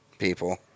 people